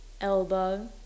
elbow